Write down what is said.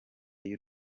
y’u